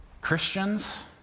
Christians